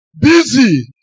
busy